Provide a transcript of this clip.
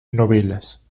novelas